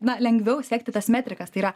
na lengviau sekti tas metrikas tai yra